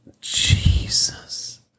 Jesus